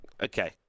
okay